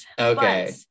Okay